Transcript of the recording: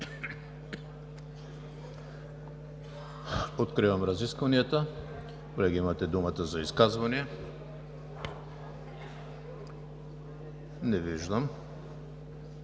Откривам разискванията. Колеги, имате думата за изказвания? Не виждам.